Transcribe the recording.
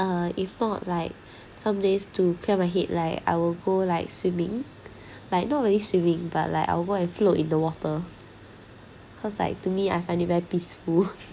uh if not like some days to clear my head like I will go like swimming like not really swimming but like I'll go and float in the water cause like to me I find it very peaceful